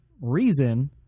reason